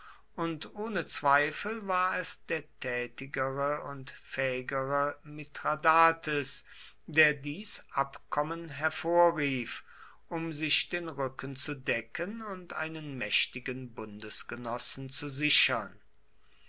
und ohne zweifel war es der tätigere und fähigere mithradates der dies abkommen hervorrief um sich den rücken zu decken und einen mächtigen bundesgenossen zu sichern